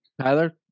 Tyler